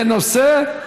בנושא: